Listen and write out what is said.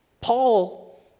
Paul